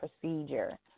procedure